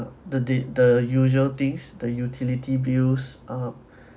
the date the usual things the utility bills um